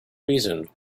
reason